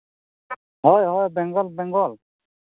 ᱦᱳᱭ ᱦᱳᱭ ᱵᱮᱝᱜᱚᱞ ᱵᱮᱝᱜᱚᱞ